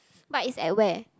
but is at where